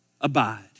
Abide